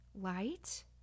light